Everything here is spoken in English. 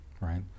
right